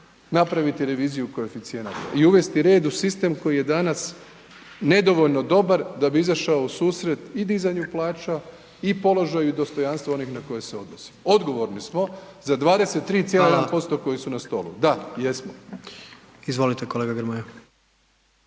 napraviti reviziju koeficijenata i uvesti red u sistem koji je danas nedovoljno dobar da bi izašao u susret i dizanju plaća i položaju i dostojanstvu onih na koje se odnosi. Odgovorni smo za 23, .../nerazumljivo/... .../Upadica